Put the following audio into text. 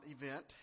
event